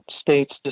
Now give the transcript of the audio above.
states